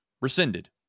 rescinded